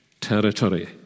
territory